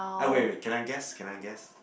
ah wait wait can I guess can I guess